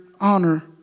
honor